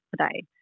today